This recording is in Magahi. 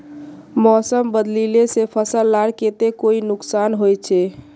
मौसम बदलिले से फसल लार केते कोई नुकसान होचए?